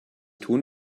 tun